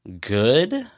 good